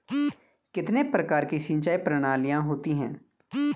कितने प्रकार की सिंचाई प्रणालियों होती हैं?